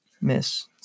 miss